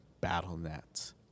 battle.net